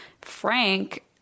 frank